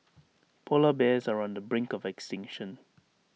Polar Bears are on the brink of extinction